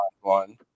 one